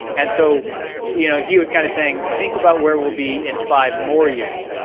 and so you know he was kind of saying, think about where we'll be in five more years.